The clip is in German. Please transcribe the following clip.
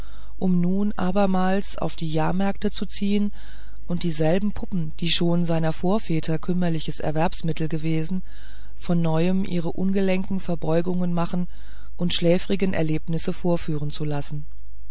um nun abermals auf die jahrmärkte zu ziehen und dieselben puppen die schon seiner vorväter kümmerliches erwerbsmittel gewesen von neuem ihre ungelenken verbeugungen machen und schläfrigen erlebnisse vorführen zu lassen